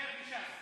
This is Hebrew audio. אם זה קשור אליי,